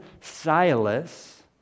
Silas